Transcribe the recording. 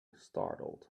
startled